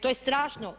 To je strašno!